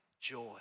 joy